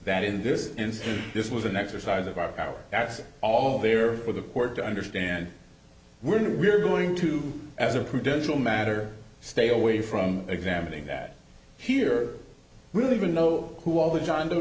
that in this instance this was an exercise of our power that's all there for the court to understand we're in and we're going to as a credential matter stay away from examining that here really even know who all the john doe